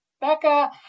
Becca